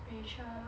rachel